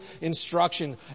instruction